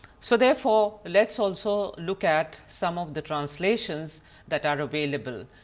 so therefore, let us also look at some of the translations that are available.